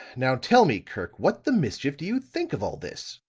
now tell me, kirk, what the mischief do you think of all this?